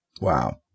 Wow